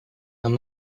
нам